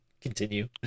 continue